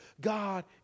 God